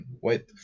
Wait